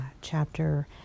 chapter